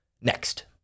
next